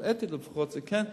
אבל אתית לפחות זה כן,